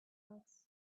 else